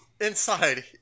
Inside